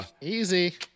Easy